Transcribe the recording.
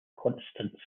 constance